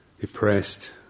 depressed